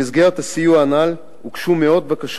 במסגרת הסיוע הנ"ל הוגשו מאות בקשות,